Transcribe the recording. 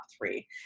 three